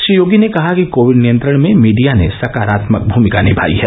श्री योगी ने कहा कि कोविड नियंत्रण में मीडिया ने सकारात्मक भूमिका निभाई है